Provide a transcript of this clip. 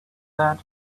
that